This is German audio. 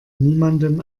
niemandem